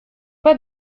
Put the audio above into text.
pas